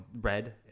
red